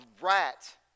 rat